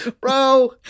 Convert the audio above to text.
Bro